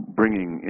bringing